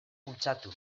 bultzatu